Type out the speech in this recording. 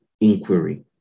inquiry